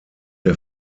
der